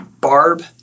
barb